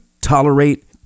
tolerate